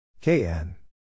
KN